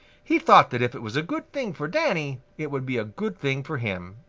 he thought that if it was a good thing for danny it would be a good thing for him,